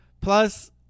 Plus